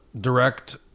direct